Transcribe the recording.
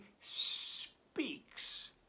speaks